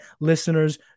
listeners